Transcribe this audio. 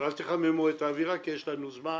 ואל תחממו את האווירה, כי יש לנו זמן,